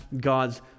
God's